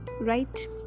Right